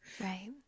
Right